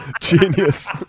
Genius